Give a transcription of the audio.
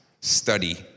study